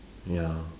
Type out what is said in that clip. ya